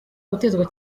gutezwa